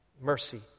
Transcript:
Mercy